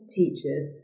teachers